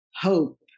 hope